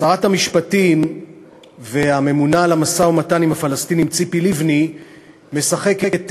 שרת המשפטים והממונה על המשא-ומתן עם הפלסטינים ציפי לבני משחקת דמקה.